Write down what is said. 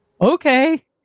okay